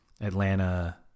Atlanta